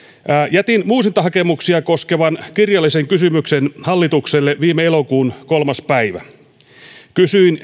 jätin uusintahakemuksia koskevan kirjallisen kysymyksen hallitukselle viime elokuun kolmas päivä kysyin